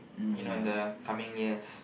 you know in the coming years